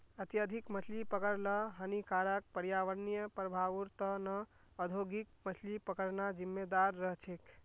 अत्यधिक मछली पकड़ ल हानिकारक पर्यावरणीय प्रभाउर त न औद्योगिक मछली पकड़ना जिम्मेदार रह छेक